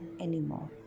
Anymore